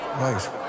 Right